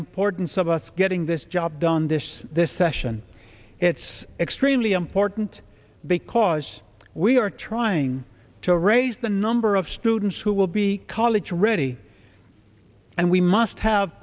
importance of us getting this job done this this session it's extremely important because we are trying to raise the number of students who will be college ready and we must have